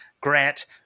Grant